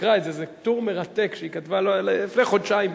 זה טור מרתק שהיא כתבה לפני חודשיים.